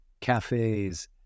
cafes